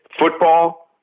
football